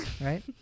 right